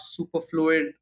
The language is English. superfluid